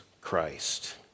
Christ